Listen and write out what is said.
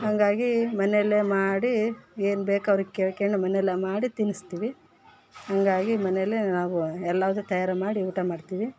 ಹಂಗಾಗಿ ಮನೆಲ್ಲೇ ಮಾಡಿ ಏನ್ಬೇಕು ಅವ್ರಿಗೆ ಕೇಳ್ಕೊಂಡು ಮನೆಲ್ಲಿ ಮಾಡಿ ತಿನಿಸ್ತೀವಿ ಹಂಗಾಗಿ ಮನೆಲೇ ನಾವು ಎಲ್ಲವು ತಯಾರಿ ಮಾಡಿ ಊಟ ಮಾಡ್ತೀವಿ